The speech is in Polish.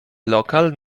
lokal